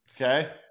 Okay